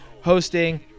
hosting